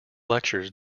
lectures